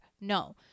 No